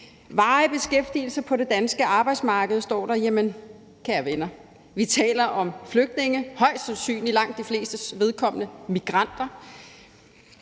»Varig ... beskæftigelse på det danske arbejdsmarked«. Jamen kære venner, vi taler om flygtninge, højst sandsynligt for langt de flestes vedkommende migranter.